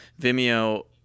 Vimeo